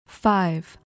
Five